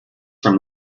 from